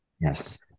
Yes